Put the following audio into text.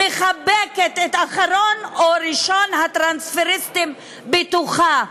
מחבקת את אחרון או ראשון הטרנספריסטים בתוכה,